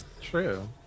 True